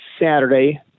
Saturday